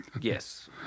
Yes